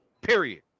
Period